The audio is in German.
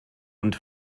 und